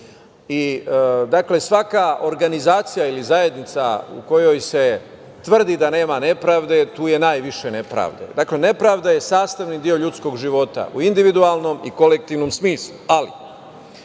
Dakle, svaka organizacija ili zajednica u kojoj se tvrdi da nema nepravde, tu je najviše nepravde. Dakle, nepravda je sastavni deo ljudskog života u individualnom i kolektivnom smislu. Ali,